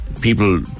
people